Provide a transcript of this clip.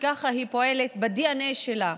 שככה היא פועלת בדנ"א שלה.